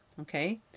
Okay